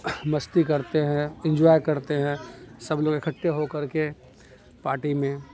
مستی کرتے ہیں انجوائے کرتے ہیں سب لوگ اکھٹے ہو کر کے پارٹی میں